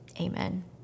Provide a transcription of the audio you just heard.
Amen